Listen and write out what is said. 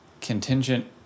contingent